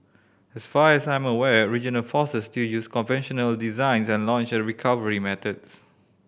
as far as I am aware regional forces still use conventional design and launch and recovery methods